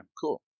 Cool